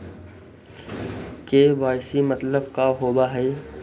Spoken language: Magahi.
के.वाई.सी मतलब का होव हइ?